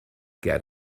get